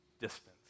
distance